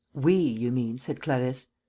we, you mean, said clarisse.